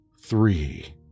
three